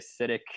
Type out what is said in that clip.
acidic